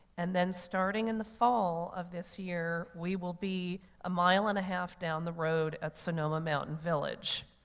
and then starting in the fall of this year, we will be a mile and a half down the road at sonoma mountain village.